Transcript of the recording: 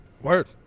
Word